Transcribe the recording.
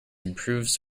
improves